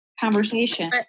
conversation